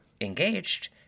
engaged